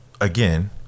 again